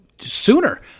sooner